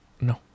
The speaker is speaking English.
No